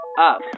up